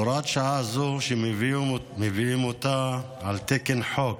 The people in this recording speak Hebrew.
הוראת שעה זו, שמביאים אותה על תקן חוק